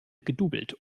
gedoublet